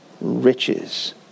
riches